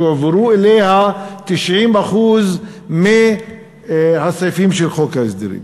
שהועברו אליה 90% מהסעיפים של חוק ההסדרים.